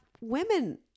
women